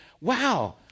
wow